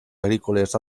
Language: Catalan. agrícoles